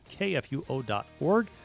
kfuo.org